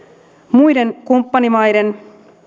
muiden kumppanimaiden